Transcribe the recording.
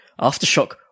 aftershock